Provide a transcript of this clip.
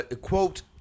Quote